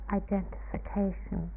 identification